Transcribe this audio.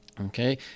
Okay